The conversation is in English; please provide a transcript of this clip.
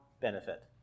benefit